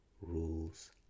rules